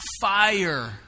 fire